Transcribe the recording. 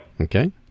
Okay